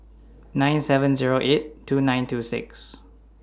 nine seven Zero eight two nine two six